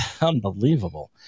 Unbelievable